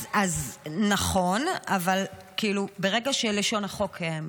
אז נכון, אבל ברגע שלשון החוק -- נכון,